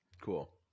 cool